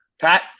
Pat